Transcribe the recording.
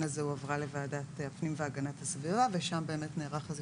הזה הועברה לוועדת הפנים והגנת הסביבה ושם נערך איזה